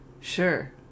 Sure